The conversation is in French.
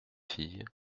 fille